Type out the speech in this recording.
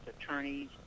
attorneys